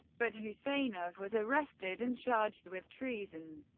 but huseynov was arrested and charged with treason.